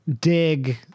dig